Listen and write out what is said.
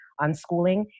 unschooling